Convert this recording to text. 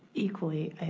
equally,